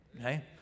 Okay